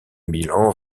milan